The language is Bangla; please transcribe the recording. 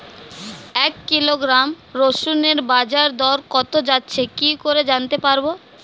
এক কিলোগ্রাম রসুনের বাজার দর কত যাচ্ছে কি করে জানতে পারবো?